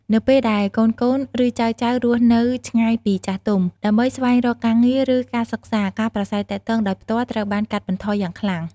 នៅពេលដែលកូនៗ ឬចៅៗរស់នៅឆ្ងាយពីចាស់ទុំ ដើម្បីស្វែងរកការងារឬការសិក្សា ការប្រាស្រ័យទាក់ទងដោយផ្ទាល់ត្រូវបានកាត់បន្ថយយ៉ាងខ្លាំង។